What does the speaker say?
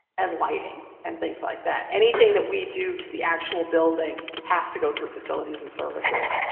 and lighting and things like that. anything that we do to the actual building has to go through facilities and services,